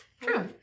True